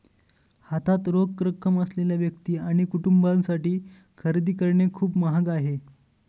हातात रोख रक्कम असलेल्या व्यक्ती आणि कुटुंबांसाठी खरेदी करणे खूप महाग आहे